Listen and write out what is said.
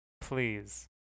Please